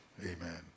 Amen